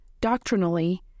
Doctrinally